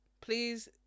please